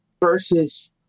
versus